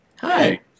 hi